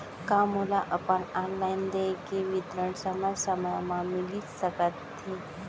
का मोला अपन ऑनलाइन देय के विवरण समय समय म मिलिस सकत हे?